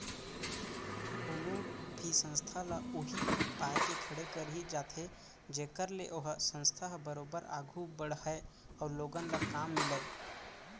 कोनो भी संस्था ल उही पाय के खड़े करे जाथे जेखर ले ओ संस्था ह बरोबर आघू बड़हय अउ लोगन ल काम मिलय